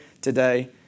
today